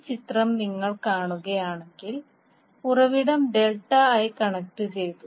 ഈ ചിത്രം നിങ്ങൾ കാണുകയാണെങ്കിൽ ഉറവിടം ഡെൽറ്റ ആയി കണക്റ്റുചെയ്തു